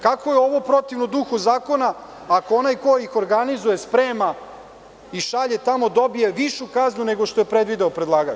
Kako je ovo protivno duhu zakona, ako onaj ko ih organizuje sprema i šalje tamo dobije višu kaznu nego što je predvideo predlagač?